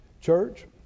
church